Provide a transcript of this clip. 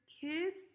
kids